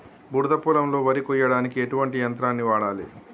బురద పొలంలో వరి కొయ్యడానికి ఎటువంటి యంత్రాన్ని వాడాలి?